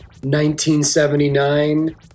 1979